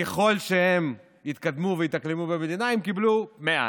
וככל שהם התקדמו והתאקלמו במדינה, הם קיבלו מעט.